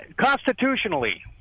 Constitutionally